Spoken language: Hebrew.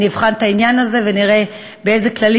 אני אבחן את העניין הזה ונראה באיזה כללים